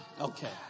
Okay